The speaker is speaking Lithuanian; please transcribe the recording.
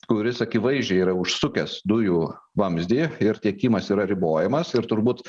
kuris akivaizdžiai yra užsukęs dujų vamzdį ir tiekimas yra ribojamas ir turbūt